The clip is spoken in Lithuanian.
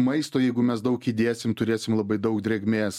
maisto jeigu mes daug įdėsim turėsim labai daug drėgmės